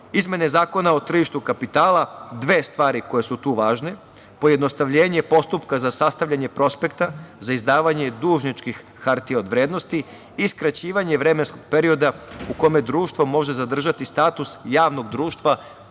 pričao. Izmene Zakona o tržištu kapitala, dve stvari koje su tu važne, pojednostavljenje postupka za sastavljanje prospekta za izdavanje dužničkih hartija od vrednosti i skraćivanje vremenskog perioda u kome društvo može zadržati status javnog društva,